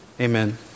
amen